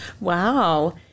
wow